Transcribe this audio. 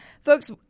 Folks